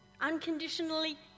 Unconditionally